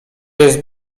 jest